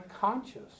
conscious